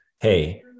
hey